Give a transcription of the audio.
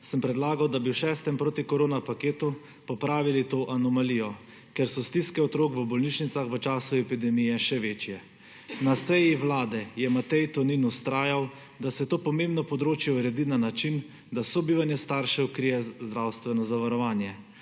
sem predlagal, da bi v šestem protikoronapaketu popravili to anomalijo, ker so stiske otrok v bolnišnicah v času epidemije še večje. Na seji Vlade je Matej Tonin vztrajal, da se to pomembno področje uredi na način, da sobivanje staršev krije zdravstveno zavarovanje.